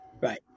Right